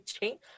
change